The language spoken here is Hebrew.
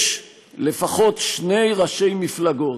יש לפחות שני ראשי מפלגות,